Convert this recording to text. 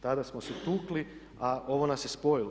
Tada smo se tukli, a ovo nas je spojilo.